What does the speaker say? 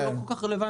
הוא לא כל כך רלוונטי.